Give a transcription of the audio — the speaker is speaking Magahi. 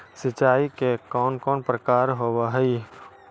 सिंचाई के कौन कौन प्रकार होव हइ?